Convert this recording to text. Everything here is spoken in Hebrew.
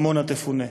עמונה תפונה.